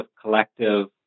collective